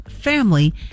family